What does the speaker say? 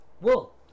wool